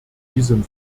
diesem